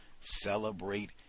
celebrate